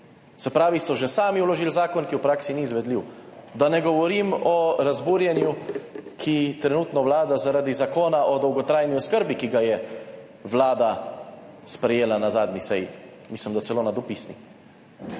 Se pravi, so že sami vložili zakon, ki v praksi ni izvedljiv. Da ne govorim o razburjenju, ki trenutno vlada zaradi zakona o dolgotrajni oskrbi, ki ga je Vlada sprejela na zadnji seji, mislim, da celo na dopisni.